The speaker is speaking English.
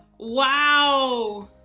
wow,